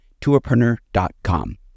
tourpreneur.com